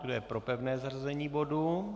Kdo je pro pevné zařazení bodu?